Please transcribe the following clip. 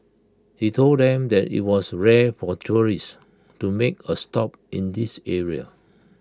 he told them that IT was rare for tourists to make A stop in this area